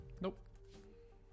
nope